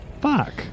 Fuck